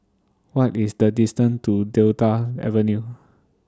What IS The distance to Delta Avenue